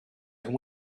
and